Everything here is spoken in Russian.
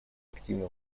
активно